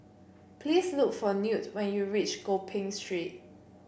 please look for Newt when you reach Gopeng Street